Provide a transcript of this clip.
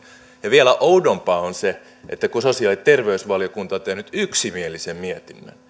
vielä oudompaa on se että kun sosiaali ja terveysvaliokunta on tehnyt yksimielisen mietinnön